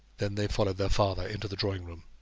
then they followed their father into the drawing-room.